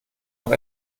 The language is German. noch